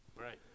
Right